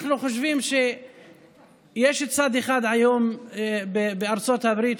אנחנו חושבים שיש צד אחד היום בארצות הברית,